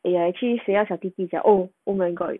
ya actually 谁要小弟弟 sia oh oh my god